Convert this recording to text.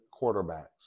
quarterbacks